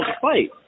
fight